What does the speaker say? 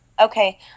Okay